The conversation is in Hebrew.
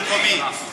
מיעוטים יצאו להילחם.